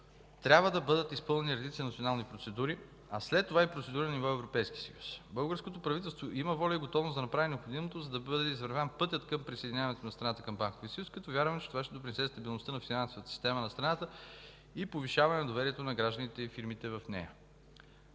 трябва да бъдат изпълнени редица национални процедури, а след това и процедури на ниво Европейски съюз. Българското правителство има воля и готовност да направи необходимото, за да бъде извървян пътят към присъединяването на страната към Банковия съюз като вярваме, че това ще допринесе за стабилността на финансовата система на страната и повишаване на доверието на гражданите и фирмите в нея.